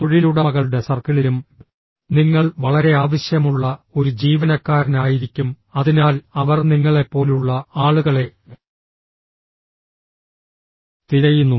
തൊഴിലുടമകളുടെ സർക്കിളിലും നിങ്ങൾ വളരെ ആവശ്യമുള്ള ഒരു ജീവനക്കാരനായിരിക്കും അതിനാൽ അവർ നിങ്ങളെപ്പോലുള്ള ആളുകളെ തിരയുന്നു